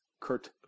Kurt